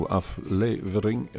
aflevering